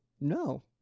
no